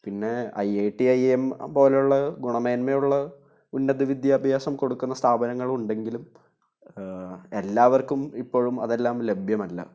പിന്നെ I I T I I M പോലുള്ള ഗുണമേന്മയുള്ള ഉന്നതവിദ്യാഭ്യാസം കൊടുക്കുന്ന സ്ഥാപനങ്ങളുണ്ടെങ്കിലും എല്ലാവർക്കും ഇപ്പോഴും അതെല്ലാം ലഭ്യമല്ല